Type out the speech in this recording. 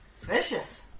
Precious